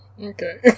Okay